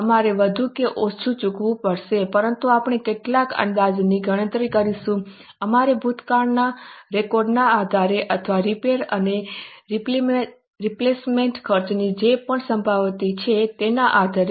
અમારે વધુ કે ઓછું ચૂકવવું પડશે પરંતુ આપણે કેટલાક અંદાજની ગણતરી કરીશું અમારા ભૂતકાળના રેકોર્ડના આધારે અથવા રિપેર અને રિપ્લેસમેન્ટ ખર્ચની જે પણ સંભાવના છે તેના આધારે